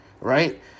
right